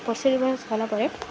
ବର୍ଷେ ଦୁଇ ବରଷ୍ ଗଲା ପରେ